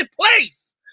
place